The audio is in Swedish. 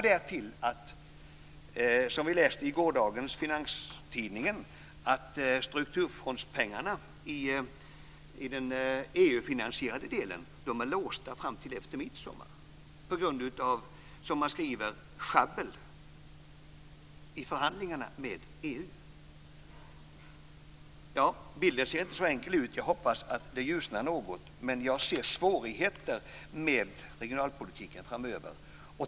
Därtill kommer, som vi läste i gårdagens Finanstidningen, att strukturfondspengarna i den EU-finansierade delen är låsta fram till efter midsommar på grund av, som man skriver, schabbel i förhandlingarna med EU. Ja, det ser inte så enkelt ut. Jag hoppas att det ljusnar något, men jag ser svårigheten med regionalpolitiken framöver.